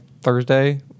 Thursday